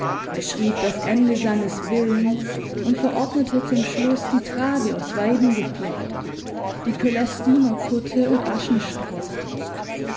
er schrieb das ende seines willens und verordnete zum schluß die trage aus weidengeflecht die cölestinerkutte und